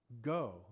Go